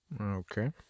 Okay